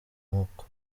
n’uko